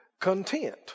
content